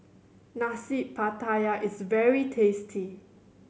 Nasi Pattaya is very tasty